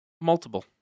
multiple